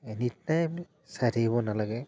anytime চাই থাকিব নালাগে